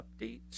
updates